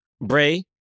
Bray